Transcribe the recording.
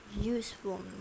useful